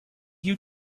you